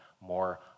more